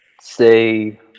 say